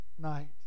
night